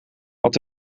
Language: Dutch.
had